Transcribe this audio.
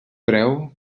preu